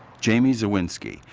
jamie zawinski,